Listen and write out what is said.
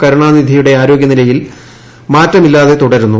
കരുണാനിധിയുടെ ആരോഗ്യ നിലയിൽ മാറ്റമില്ലാതെ തുടരുന്നു